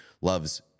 loves